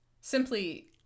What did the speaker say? simply